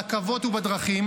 ברכבות ובדרכים.